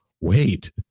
wait